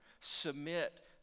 submit